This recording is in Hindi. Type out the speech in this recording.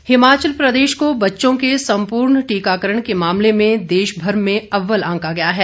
टीकाकरण हिमाचल प्रदेश को बच्चों के संपूर्ण टीकाकरण के मामले में देश भर में अव्वल आंका गया है